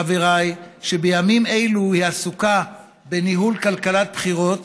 חבריי, שבימים אלו היא עסוקה בניהול כלכלת בחירות